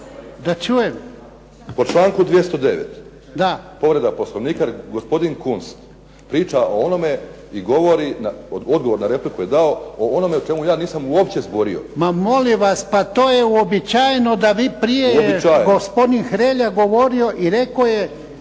(HDSSB)** Po članku 209. povreda Poslovnika jer gospodin Kunst priča o onome i govori, odgovor na repliku je dao o onome o čemu ja nisam uopće zborio. **Jarnjak, Ivan (HDZ)** Ma molim vas, pa to je uobičajeno da vi, prije je gospodin Hrelja govorio i rekao je